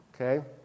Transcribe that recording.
okay